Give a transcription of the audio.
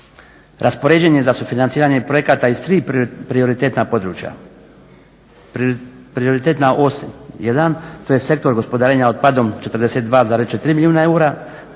raspoređen je za sufinanciranje projekata iz tri prioritetna područja. Prioritet na osi, to je sektor gospodarenja otpadom 42043 milijuna eura,